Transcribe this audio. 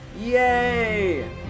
yay